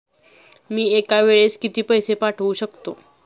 मी एका वेळेस किती पैसे पाठवू शकतो?